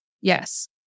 Yes